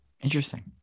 interesting